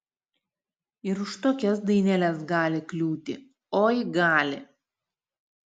ir už tokias daineles gali kliūti oi gali